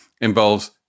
involves